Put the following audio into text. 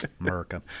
America